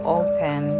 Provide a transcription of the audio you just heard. open